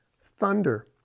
Thunder